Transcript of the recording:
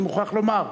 אני מוכרח לומר,